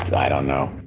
i don't no